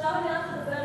עכשיו אני הולכת לדבר אתו,